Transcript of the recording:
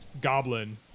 goblin